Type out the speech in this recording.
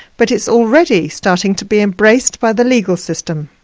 but it's already starting to be embraced by the legal system.